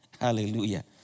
hallelujah